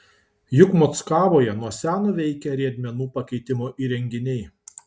juk mockavoje nuo seno veikia riedmenų pakeitimo įrenginiai